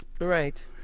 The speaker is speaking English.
Right